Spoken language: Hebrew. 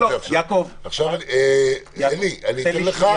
יעקב, תן לי.